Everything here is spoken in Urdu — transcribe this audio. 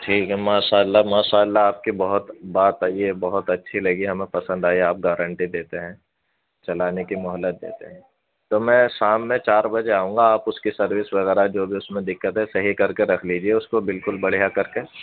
ٹھیک ہے ماشاء اللہ ماشاء اللہ آپ کی بہت بات یہ بہت اچھی لگی ہمیں پسند آئی آپ گارنٹی دیتے ہیں چلانے کی مہلت دیتے ہیں تو میں شام میں چار بجے آؤں گا آپ اس کی سروس وغیرہ جو بھی اس میں دقت ہے صحیح کر کے رکھ لیجیے اس کو بالکل بڑھیا کر کے